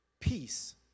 peace